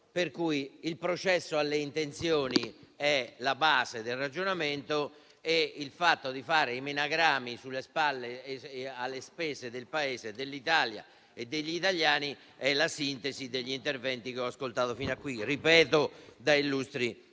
il processo alle intenzioni è la base del ragionamento e il fatto di fare i menagrami sulle spalle e alle spese dell'Italia e degli italiani è la sintesi degli interventi che ho ascoltato fino a qui, da illustri